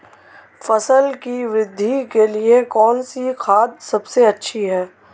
फसल की वृद्धि के लिए कौनसी खाद सबसे अच्छी है?